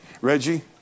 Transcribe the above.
Reggie